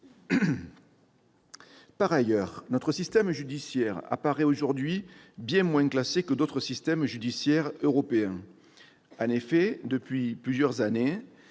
Par ailleurs, notre système judiciaire apparaît bien moins classé que d'autres systèmes judiciaires européens. En effet, depuis plusieurs années,